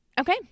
Okay